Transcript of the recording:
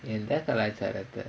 எந்த கலாச்சாரத்த:endha kalaachaaratha